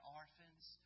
orphans